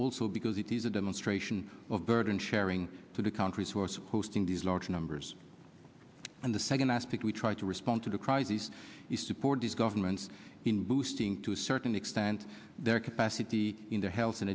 also because it is a demonstration of burden sharing to the country source hosting these large numbers and the second aspect we try to respond to the crises is support these governments in boosting to a certain extent their capacity in the health and